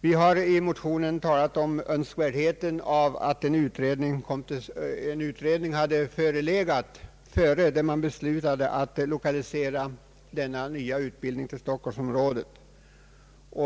Vi har i motionen talat om önskvärdheten av att en allsidig utredning om olika ortsalternativ hade förelegat innan man beslutat lokalisera denna nya utbildning till Stockholmsområdet.